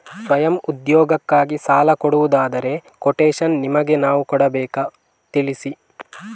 ಸ್ವಯಂ ಉದ್ಯೋಗಕ್ಕಾಗಿ ಸಾಲ ಕೊಡುವುದಾದರೆ ಕೊಟೇಶನ್ ನಿಮಗೆ ನಾವು ಕೊಡಬೇಕಾ ತಿಳಿಸಿ?